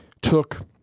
took